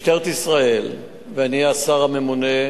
משטרת ישראל, ואני, השר הממונה,